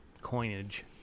coinage